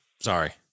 Sorry